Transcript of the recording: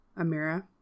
Amira